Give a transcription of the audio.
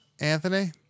Anthony